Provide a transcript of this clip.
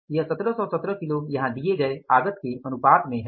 यह 1717 किलो यहाँ दिए गए आगत के अनुपात में है